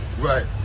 Right